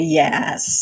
yes